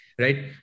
Right